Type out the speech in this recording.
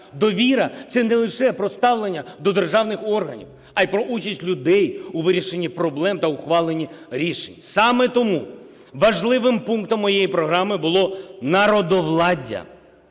Довіра – це не лише про ставлення до державних органів, а й про участь людей у вирішенні проблем та ухваленні рішень. Саме тому важливим пунктом моєї програми було народовладдя.